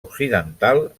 occidental